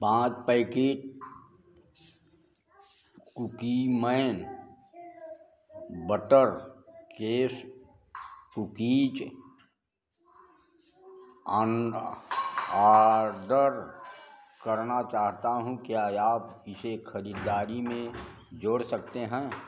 पाँच packet Cookieman butter case cookies order करना चाहता हूँ क्या आप इसे खरीददारी में जोड़ सकते हैं